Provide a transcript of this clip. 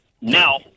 Now